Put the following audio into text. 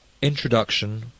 Introduction